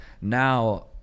now